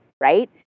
right